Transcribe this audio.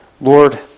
Lord